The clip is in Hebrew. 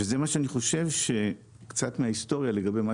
זה מה שאני חושב - קצת מההיסטוריה לגבי מה